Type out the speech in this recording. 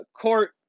court